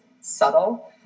subtle